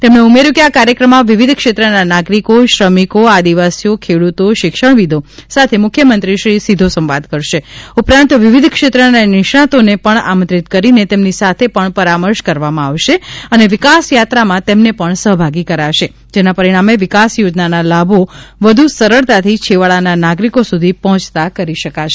તેમણે ઉમેર્યુ કે આ કાર્યક્રમમાં વિવિધ ક્ષેત્રના નાગરિકો શ્રમિકો આદિવાસીઓ ખેડૂતો શિક્ષણવિદો સાથે મુખ્યમંત્રીશ્રી સીધો સંવાદ કરશે ઉપરાંત વિવિધ ક્ષેત્રના નિષ્ણાંતોને પણ આમંત્રિત કરીને તેમની સાથે પણ પરામર્શ કરવામાં આવશે અને વિકાસ યાત્રામાં તેમને પણ સહભાગી કરાશે જેના પરિણામે વિકાસ યોજનાના લાભો વધુ સરળતાથી છેવાડાના નાગરિકો સુધી પહોંચતા કરી શકાશે